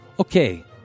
Okay